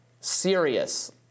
serious